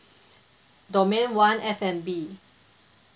domain one F&B